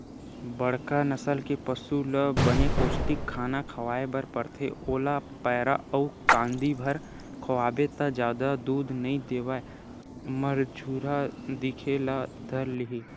बड़का नसल के पसु ल बने पोस्टिक खाना खवाए बर परथे, ओला पैरा अउ कांदी भर खवाबे त जादा दूद नइ देवय मरझुरहा दिखे ल धर लिही